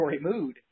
mood